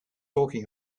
talking